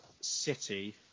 City